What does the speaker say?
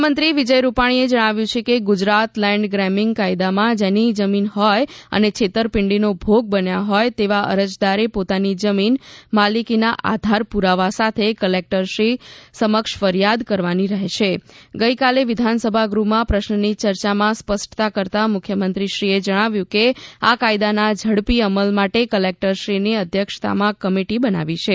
મુખ્યમંત્રી વિજય રૂપાણીએ જણાવ્યું છે ગુજરાત લેન્ડ ગ્રેબીંગ કાયદામાં જેની જમીન હોય અને છેતરપીંડીનો ભોગ બન્યા હોય તેવા અરજદારે પોતાની જમીન માલિકીના આધાર પુરાવા સાથે કલેકટરશ્રી સમક્ષ ફરીયાદ કરવાની રહે છે ગઈકાલે વિધાનસભા ગૃહમાં પ્રશ્નની ચર્ચામાં સ્પષ્ટતા કરતા મુખ્યમંત્રીશ્રીએ જણાવ્યું કે આ કાયદાના ઝડપી અમલ માટે કલેકટરશ્રીની અધ્યક્ષતામાં કમિટી બનાવી છે